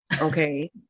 Okay